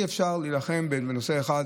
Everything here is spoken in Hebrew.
אי-אפשר להילחם בנושא אחד.